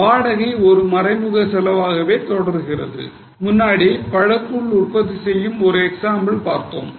எனவே வாடகை ஒரு மறைமுக செலவாகவே தொடர்கிறது முன்னாடி பழக்கூழ் உற்பத்திசெய்யும் ஒரு எக்ஸாம்பிள் பார்த்தோம்